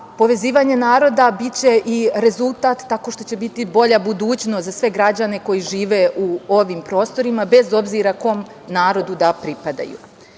povezivanje naroda biće rezultat tako što će biti bolja budućnost za sve građane koji žive na ovim prostorima, bez obzira kom narodu da pripadaju. Srbija